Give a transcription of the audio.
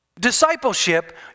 Discipleship